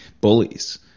bullies